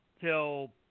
till